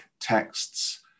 texts